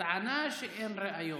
הטענה היא שאין ראיות.